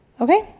Okay